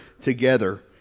together